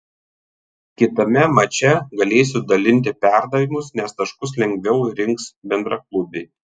kitame mače galėsiu dalinti perdavimus nes taškus lengviau rinks bendraklubiai